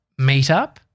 meetup